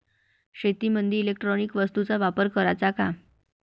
शेतीमंदी इलेक्ट्रॉनिक वस्तूचा वापर कराचा का?